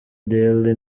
daily